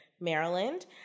Maryland